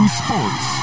sports